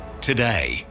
Today